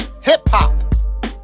Hip-Hop